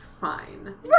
Fine